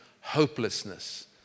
hopelessness